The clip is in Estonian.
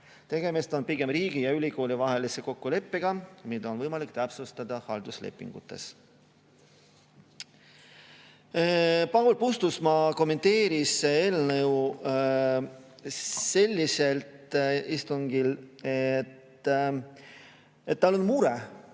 Tegemist on pigem riigi ja ülikooli vahelise kokkuleppega, mida on võimalik täpsustada halduslepingutes. Paul Puustusmaa kommenteeris eelnõu istungil selliselt, et tal on mure.